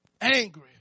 angry